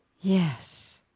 yes